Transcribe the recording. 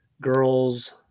girls